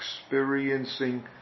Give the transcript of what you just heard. experiencing